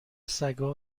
سگا